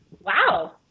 wow